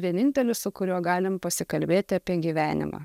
vienintelis su kuriuo galim pasikalbėti apie gyvenimą